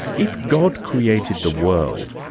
if god created the world,